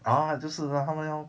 ah 就是 lah 他们要